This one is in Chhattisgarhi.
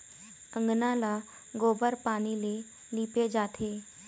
अंगना ल गोबर पानी ले लिपे जाथे